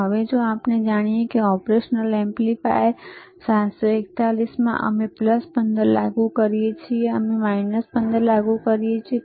હવે જો આપણે જાણીએ કે ઓપરેશનલ એમ્પ્લીફાયર 741 માં અમે 15 લાગુ કરીએ છીએ અમે 15 લાગુ કરીએ છીએ